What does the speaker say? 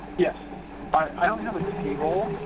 yes i only have table.